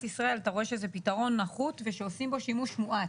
ישראל אתה רואה שזה פתרון נחות ושעושים בו שימוש מועט.